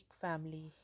family